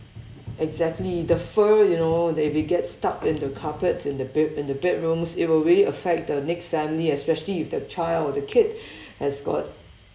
exactly the fur you know they will get stuck in the carpets in the bed~ in the bedrooms it will really affect the next family especially if the child or the kid has got